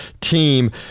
team